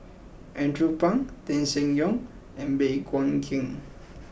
Andrew Phang Tan Seng Yong and Baey Yam Keng